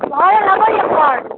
भरय लेल अबैए सर